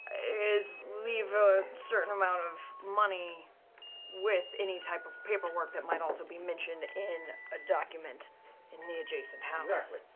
is leave a certain amount of money with any type of paperwork that might also be mentioned in a document in the adjacent house.